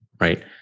right